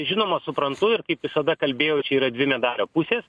žinoma suprantu ir kaip visada kalbėjau čia yra dvi medalio pusės